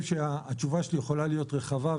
התשובה שלי יכולה להיות רחבה,